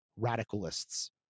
Radicalists